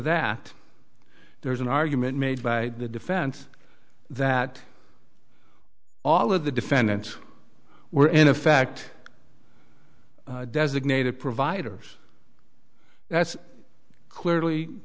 that there's an argument made by the defense that all of the defendants were in effect designated providers that's clearly